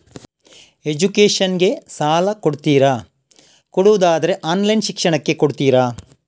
Education ಗೆ ಸಾಲ ಕೊಡ್ತೀರಾ, ಕೊಡುವುದಾದರೆ ಆನ್ಲೈನ್ ಶಿಕ್ಷಣಕ್ಕೆ ಕೊಡ್ತೀರಾ?